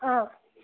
অঁ